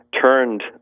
turned